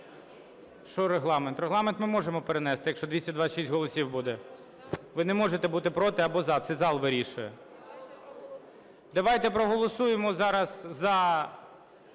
Регламент ми можемо перенести, якщо 226 голосів буде. Ви не можете бути "проти" або "за", це зал вирішує. Давайте проголосуємо зараз за